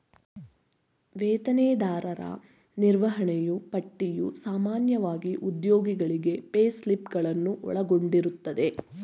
ವೇತನದಾರರ ನಿರ್ವಹಣೆಯೂ ಪಟ್ಟಿಯು ಸಾಮಾನ್ಯವಾಗಿ ಉದ್ಯೋಗಿಗಳಿಗೆ ಪೇಸ್ಲಿಪ್ ಗಳನ್ನು ಒಳಗೊಂಡಿರುತ್ತದೆ